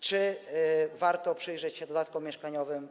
Czy warto przyjrzeć się dodatkom mieszkaniowym?